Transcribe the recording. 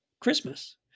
Christmas